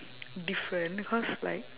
different cause like